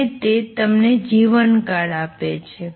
અને તે તમને જીવનકાળ આપે છે